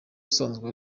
usanzwe